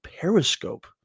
Periscope